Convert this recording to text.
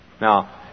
Now